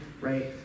right